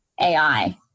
AI